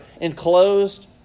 enclosed